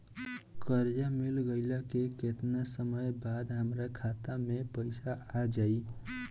कर्जा मिल गईला के केतना समय बाद हमरा खाता मे पैसा आ जायी?